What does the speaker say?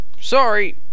Sorry